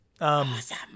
Awesome